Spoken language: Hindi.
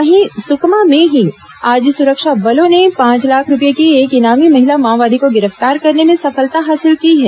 वहीं सुकमा में ही आज सुरक्षा बलों ने पांच लाख रूपये की एक इनामी महिला माओवादी को गिरफ्तार करने में सफलता हासिल की है